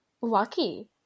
lucky